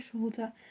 shoulder